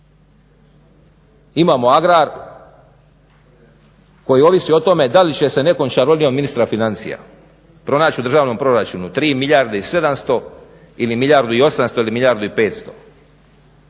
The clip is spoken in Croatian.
imamo AGRAG koji ovisi o tome da li će se nekom čarolijom ministra financija pronać u državnom proračunu 3 milijarde i 700 ili milijardu ili 800, ili milijardu i 500.